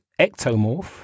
ectomorph